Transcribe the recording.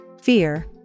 fear